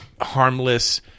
harmless